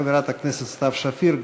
חברת הכנסת סתיו שפיר,